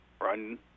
Run